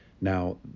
Now